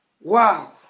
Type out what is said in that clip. Wow